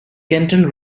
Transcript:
kenton